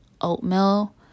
oatmeal